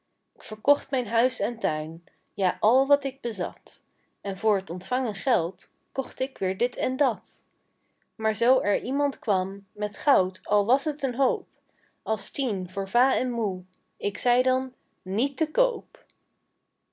k verkocht mijn huis en tuin ja al wat ik bezat en voor t ontvangen geld kocht ik weer dit en dat maar zoo er iemand kwam met goud al was t een hoop als tien voor va en moe ik zei dan niet te koop